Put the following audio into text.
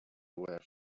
were